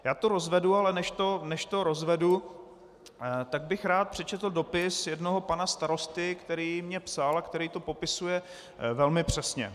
Já to rozvedu, ale než to rozvedu, tak bych rád přečetl dopis jednoho pana starosty, který mně psal a který to popisuje velmi přesně.